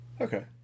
Okay